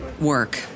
work